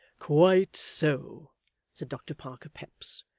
quite so said doctor parker peps,